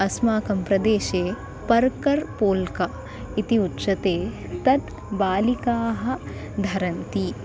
अस्माकं प्रदेशे पर्कर् पोल्का इति उच्यते तत् बालिकाः धरन्ति